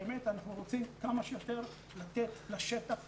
באמת אנחנו רוצים כמה שיותר לתת לשטח